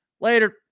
later